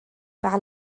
par